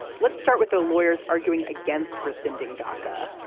let's start with the lawyers arguing against rescinding daca.